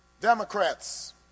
Democrats